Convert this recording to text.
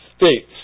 states